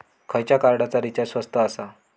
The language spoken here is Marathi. खयच्या कार्डचा रिचार्ज स्वस्त आसा?